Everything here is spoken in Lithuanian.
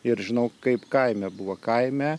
ir žinau kaip kaime buvo kaime